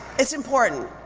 it's important.